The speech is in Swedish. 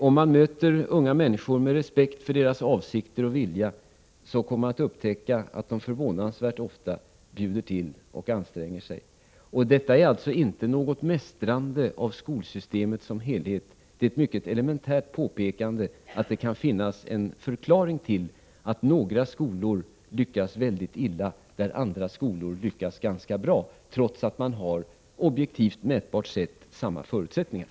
Om man möter unga människor med respekt för deras avsikter och vilja upptäcker man att de förvånansvärt ofta bjuder till och anstränger sig. Detta är alltså inte något mästrande av skolsystemet som helhet utan ett mycket elementärt påpekande, att det kan finnas en förklaring till att några skolor lyckas mycket illa där andra skolor lyckas ganska bra, trots att de har objektivt sett samma förutsättningar.